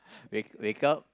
wake wake up